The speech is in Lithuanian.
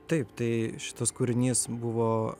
taip tai šitas kūrinys buvo